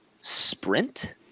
sprint